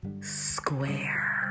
square